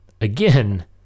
again